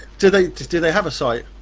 do they do they have a site,